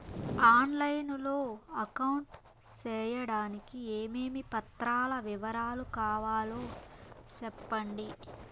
On line లో account సేయడానికి ఏమేమి పత్రాల వివరాలు కావాలో సెప్పండి?